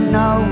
no